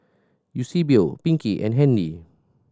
Eusebio Pinkie and Handy